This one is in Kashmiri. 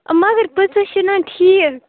مگر پٕژٕ چھِنَہ ٹھیٖک